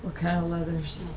kind of leathers?